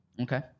Okay